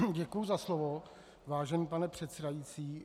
Děkuji za slovo, vážený pane předsedající.